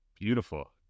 Beautiful